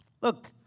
Look